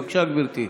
בבקשה, גברתי.